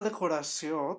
decoració